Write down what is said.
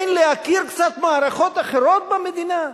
אין להכיר קצת מערכות אחרות במדינה?